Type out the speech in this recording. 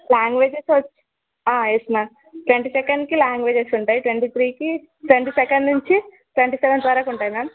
languages which yes ma'am twenty సెకండ్కి languages ఉంటాయి twenty త్రీకి ట్వంటీ సెకండ్ నుంచి ట్వంటీ సెవెంత్ వరుకు ఉంటాయి మ్యామ్